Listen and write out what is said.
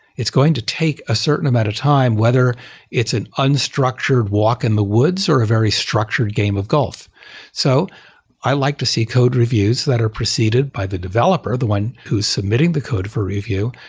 it's going to take a certain amount of time whether it's an unstructured walk in the woods or a very structured game of golf so i like to see code reviews that are preceded by the developer, the one who is submitting the code for review,